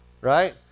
right